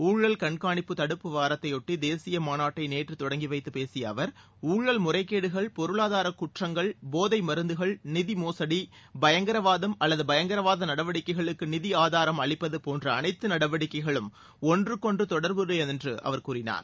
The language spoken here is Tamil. ஊழல் கண்காணிப்பு தடுப்பு வாரத்தையொட்டி தேசிய மாநாட்டை நேற்று தொடங்கி வைத்துப் பேசிய அவர் ஊழல் முறைகேடுகள் பொருளாதார குற்றங்கள் போதை மருந்துகள் நிதி மோசடி பயங்கரவாதம் அல்லது பயங்கரவாத நடவடிக்கைகளுக்கு நிதி ஆதாரம் அளிப்பது போன்ற அனைத்து நடவடிக்கைகளும் ஒன்றுக்கொன்று தொடர்புடையதென்று அவர் கூறினார்